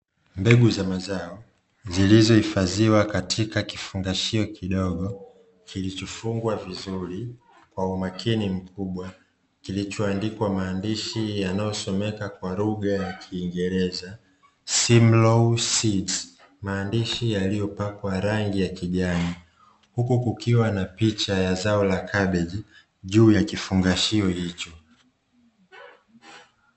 Mbegu za mazao zilizohifadhiwa katika kifungashio kidogo kilichofungwa vizuri kwa umakini, mkubwa kilichoandikwa maandishi yanayosomeka kwa lugha ya kiingereza "simlaw seeds", maandishi, yaliyopakwa rangi ya kijani huku kukiwa na picha ya zao la kabeji juu ya kifungashio hicho.